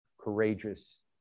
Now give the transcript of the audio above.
courageous